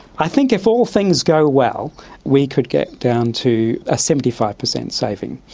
i think if all things go well we could get down to a seventy five percent saving,